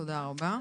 תודה רבה.